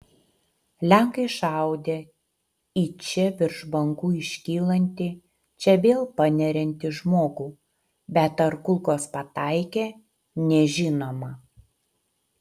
lenkai šaudę į čia virš bangų iškylantį čia vėl paneriantį žmogų bet ar kulkos pataikė nežinoma